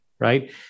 right